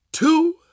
Two